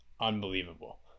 unbelievable